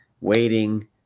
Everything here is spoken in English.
waiting